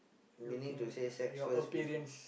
meaning to say sex first before